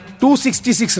266